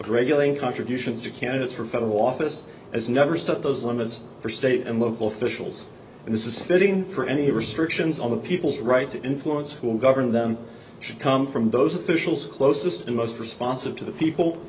regulating contributions to candidates for federal office as never set those limits for state and local officials and this is fitting for any restrictions on the people's right to influence who will govern them should come from those officials closest and most responsive to the people